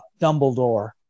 Dumbledore